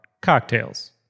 cocktails